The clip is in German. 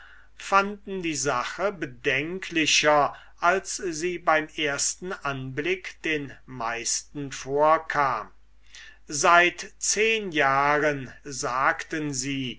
fanden die sache bedenklicher als sie beim ersten anblick den meisten vorkam seit zehn jahren sagten sie